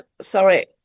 sorry